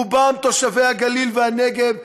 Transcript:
רובם תושבי הגליל והנגב,